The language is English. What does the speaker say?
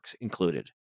included